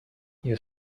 you